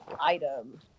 item